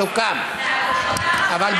של חבר הכנסת טלב אבו עראר.